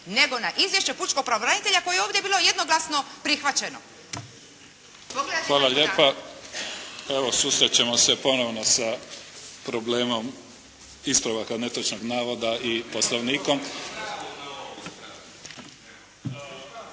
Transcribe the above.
nego na izvješće pučkog pravobranitelja koje je bilo ovdje jednoglasno prihvaćeno. **Mimica, Neven (SDP)** Hvala lijepa. Evo susrećemo se ponovno sa problemom ispravaka netočnog navoda i Poslovnikom.